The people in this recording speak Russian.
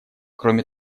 кроме